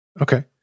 Okay